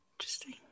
Interesting